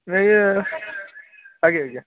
ଆଜ୍ଞା ଆଜ୍ଞା